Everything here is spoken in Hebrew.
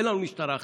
אין לנו משטרה אחרת,